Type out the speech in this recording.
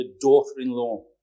daughter-in-law